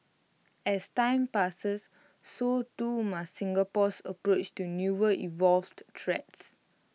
as time passes so too must Singapore's approach to newer evolved threats